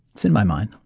it's in my mind.